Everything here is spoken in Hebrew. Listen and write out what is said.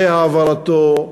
והעברתו.